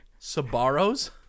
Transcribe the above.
Sabaros